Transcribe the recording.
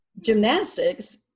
gymnastics